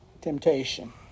temptation